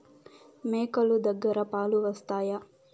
మేక లు దగ్గర పాలు వస్తాయా?